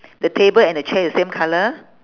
the table and the chair is same colour